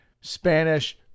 Spanish